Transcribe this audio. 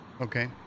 Okay